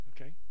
okay